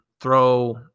throw